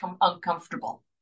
uncomfortable